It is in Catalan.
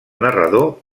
narrador